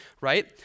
right